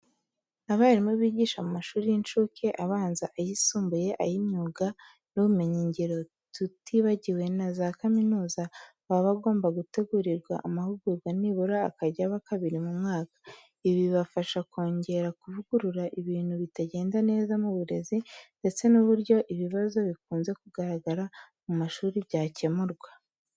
Abarimu bigisha mu mashuri y'incuke, abanza, ayisumbuye, ay'imyuga n'ubumenyingiro tutibagiwe na za kaminuza, baba bagomba gutegurirwa amahugurwa nibura akajya aba kabiri mu mwaka. Ibi bibafasha kongera kuvugurura ibintu bitagenda neza mu burezi ndetse n'uburyo ibibazo bikunze kugaragara mu mashuri byakemurwa.